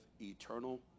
eternal